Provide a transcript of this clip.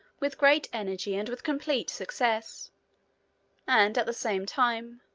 with great energy and with complete success and, at the same time,